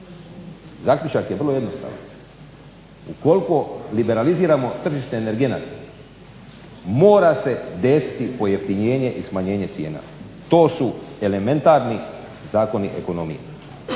Zaključak je vrlo jednostavan. Ukoliko liberaliziramo tržište energenata mora se desiti pojeftinjenje i smanjenje cijena. To su elementarni zakoni ekonomije.